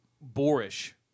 boorish